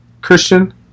Christian